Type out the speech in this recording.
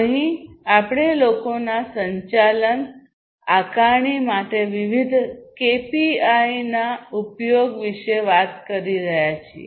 અહીં અમે લોકોના સંચાલન આકારણી માટે વિવિધ કેપીઆઈના ઉપયોગ વિશે વાત કરી રહ્યા છીએ